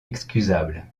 excusable